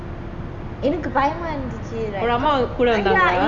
உன் அம்மா உன்கூட இருந்தாங்களா:un amma unkuda irunthangala